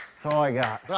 so all i got.